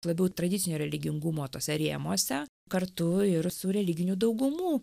labiau tradicinio religingumo tuose rėmuose kartu ir su religinių daugumų